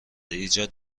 ایجاد